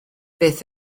beth